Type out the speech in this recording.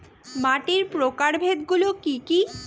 মাটির প্রকারভেদ গুলো কি কী?